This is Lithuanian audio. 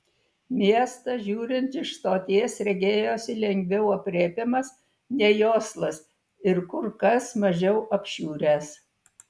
miestas žiūrint iš stoties regėjosi lengviau aprėpiamas nei oslas ir kur kas mažiau apšiuręs